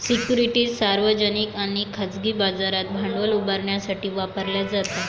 securities सार्वजनिक आणि खाजगी बाजारात भांडवल उभारण्यासाठी वापरल्या जातात